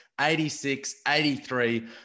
86-83